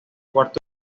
cuarto